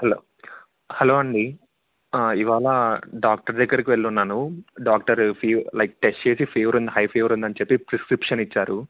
hello hello అండి ఇవాళ doctor దగ్గరికి వెళ్ళాను డాక్టర్ ఫీవర్ లైక్ టెస్ట్ చేసి ఫీవర్ ఉంది హై ఫీవర్ ఉందని చెప్పి ప్రిస్క్రిప్షన్ ఇచ్చారు